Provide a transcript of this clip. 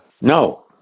no